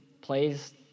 plays